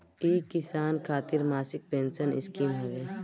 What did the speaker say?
इ किसान खातिर मासिक पेंसन स्कीम हवे